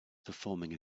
performing